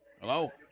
Hello